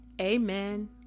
amen